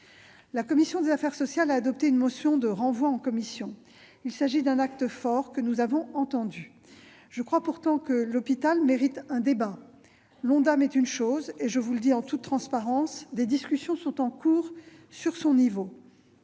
La commission des affaires sociales a adopté une motion de renvoi à la commission. Il s'agit d'un acte fort, que nous avons entendu. Je crois pourtant que l'hôpital mérite un débat. L'Ondam est une chose et, je vous le dis en toute transparence, des discussions sont en cours sur son niveau.